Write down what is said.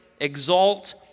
exalt